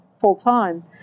full-time